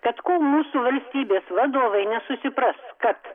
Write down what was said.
kad kuo mūsų valstybės vadovai nesusipras kad